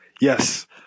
yes